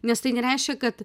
nes tai nereiškia kad